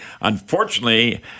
unfortunately